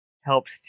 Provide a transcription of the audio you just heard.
helps